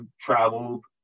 traveled